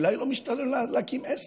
אולי לא משתלם להקים עסק,